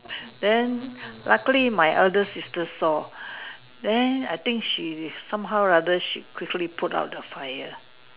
then luckily my elder sister saw then I think she is somehow or other she quickly put out the fire